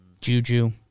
Juju